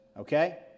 okay